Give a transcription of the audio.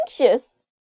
anxious